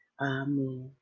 Amen